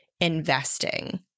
investing